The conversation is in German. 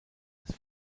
des